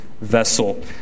vessel